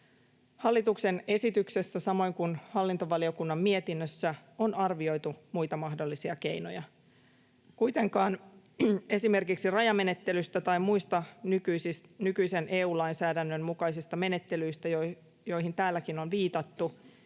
Hallituksen esityksessä samoin kuin hallintovaliokunnan mietinnössä on arvioitu muita mahdollisia keinoja. Kuitenkaan esimerkiksi rajamenettelystä tai muista nykyisen EU-lainsäädännön mukaisista menettelyistä, joihin täälläkin on viitattu,